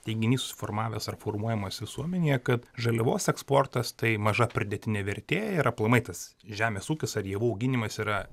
teiginys suformavęs ar formuojamas visuomenėje kad žaliavos eksportas tai maža pridėtinė vertė ir aplamai tas žemės ūkis ar javų auginimas yra